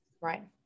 Right